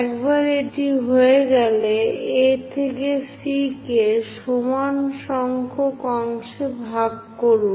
একবার এটি হয়ে গেলে A থেকে C কে সমান সংখ্যক অংশে ভাগ করুন